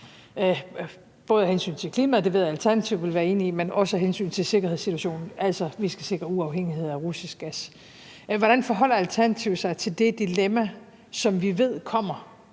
både af hensyn til klimaet – det ved jeg Alternativet vil være enige i – men også af hensyn til sikkerhedssituationen, altså at vi skal sikre uafhængighed af russisk gas. Hvordan forholder Alternativet sig til det dilemma, som vi ved kommer